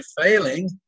failing